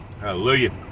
Hallelujah